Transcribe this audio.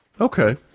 Okay